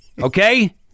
okay